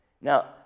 Now